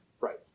Right